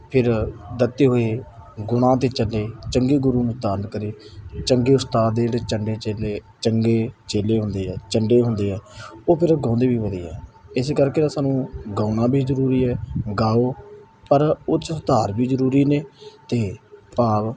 ਫਿਰ ਦਿੱਤੇ ਹੋਏ ਗੁਣਾਂ 'ਤੇ ਚੱਲੇ ਚੰਗੇ ਗੁਰੂ ਨੂੰ ਧਾਰਨ ਕਰੇ ਚੰਗੇ ਉਸਤਾਦ ਦੇ ਜਿਹੜੇ ਝੰਡੇ ਚੇਲੇ ਚੰਗੇ ਚੇਲੇ ਹੁੰਦੇ ਆ ਚੰਗੇ ਹੁੰਦੇ ਆ ਉਹ ਫਿਰ ਗਾਉਂਦੇ ਵੀ ਵਧੀਆ ਇਸ ਕਰਕੇ ਤਾਂ ਸਾਨੂੰ ਗਾਉਣਾ ਵੀ ਜ਼ਰੂਰੀ ਹੈ ਗਾਓ ਪਰ ਉਹ 'ਚ ਸੁਧਾਰ ਵੀ ਜ਼ਰੂਰੀ ਨੇ ਅਤੇ ਭਾਵ